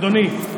אדוני,